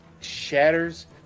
shatters